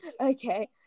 Okay